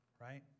Right